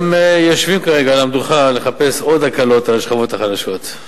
גם יושבים כרגע על המדוכה לחפש עוד הקלות על השכבות החלשות.